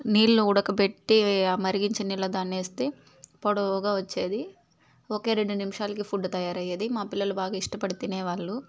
నీళ్లు ఊడబెట్టి ఆ మరిగించిన నీళ్ళల్లో దాన్ని వేస్తే పొడవుగా వచ్చేది ఒక రెండు నిమిషాలకి ఫుడ్ తయారయ్యేది మా పిల్లలు బాగా ఇష్టపడి తినేవాళ్లు